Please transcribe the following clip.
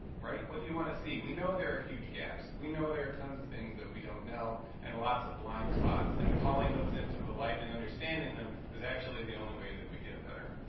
what do you want to see? we know there are huge gaps, we know there are tons of things that we don't know and lots of blind spots, and calling those into the light and understanding them is actually the only way that we get better.